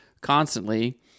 constantly